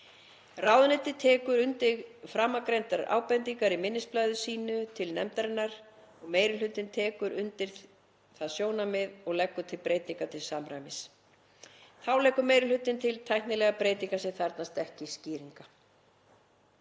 Ráðuneytið tekur undir framangreindar ábendingar í minnisblaði sínu til nefndarinnar. Meiri hlutinn tekur undir það sjónarmið og leggur til breytingar til samræmis. Þá leggur meiri hlutinn til tæknilegar breytingar sem þarfnast ekki skýringa.